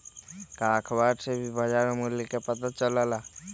का अखबार से भी बजार मूल्य के पता चल जाला?